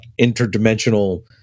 interdimensional